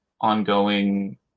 ongoing